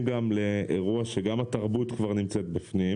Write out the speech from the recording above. גם לאירוע שגם התרבות כבר נמצאת בפנים.